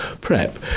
prep